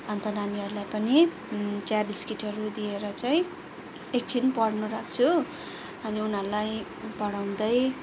अन्त नानीहरूलाई पनि चिया बिस्कुटहरू दिएर चाहिँ एकछिन पढ्नु राख्छु अनि उनीहरूलाई पढाउँदै